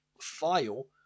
file